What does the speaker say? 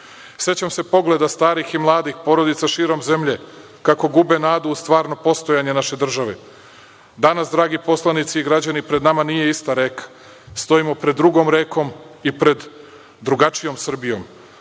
se pogleda starih i mladih porodica širom zemlje kako gube nadu u stvarno postojanje naše države. Danas, dragi poslanici i građani, pred nama nije ista reka, stojimo pred drugom rekom i pred drugačijom Srbijom,